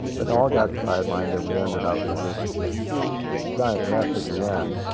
they all got sidelined and we ended up with this giant mess at the end.